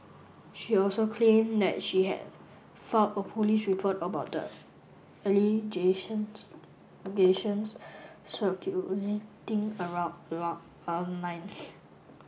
she also claimed that she has filed a police report about the allegations circulating a wrong long online